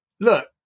look